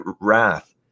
wrath